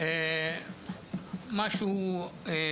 זה רק הולך